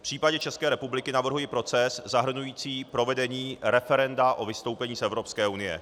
V případě České republiky navrhuji proces zahrnující provedení referenda o vystoupení z Evropské unie.